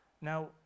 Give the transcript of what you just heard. Now